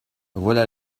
voilà